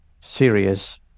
serious